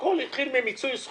שהכול התחיל מזה?